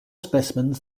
specimens